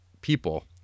people